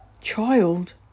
child